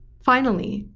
finally,